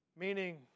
meaning